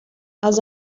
els